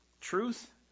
Truth